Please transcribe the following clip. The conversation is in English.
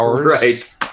right